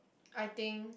I think